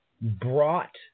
brought